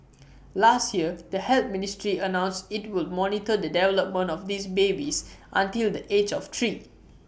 last year the health ministry announced IT would monitor the development of these babies until the age of three